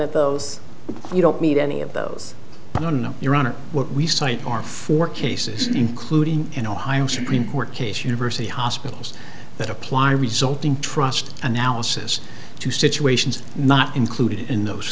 of those you don't need any of those i don't know your honor what we cite are four cases including an ohio supreme court case university hospitals that apply resulting trust analysis to situations not included in those